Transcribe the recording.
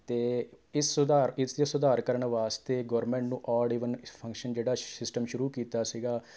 ਅਤੇ ਇਸ ਸੁਧਾਰ ਇਸਦੇ ਸੁਧਾਰ ਕਰਨ ਵਾਸਤੇ ਗੌਰਮਿੰਟ ਨੂੰ ਓਡ ਈਵਨ ਫੰਕਸ਼ਨ ਜਿਹੜਾ ਸ਼ ਸਿਸਟਮ ਸ਼ੁਰੂ ਕੀਤਾ ਸੀਗਾ